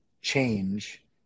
change